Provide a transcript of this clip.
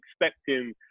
expecting